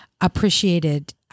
appreciated